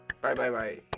Bye-bye-bye